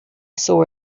saw